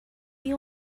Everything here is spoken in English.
you